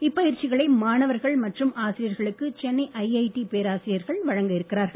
இப்பயிற்சிகளை மாணவர்கள் மற்றும் ஆசிரியர்களுக்கு சென்னை ஐஐடி பேராசிரியர்கள் வழங்க இருக்கிறார்கள்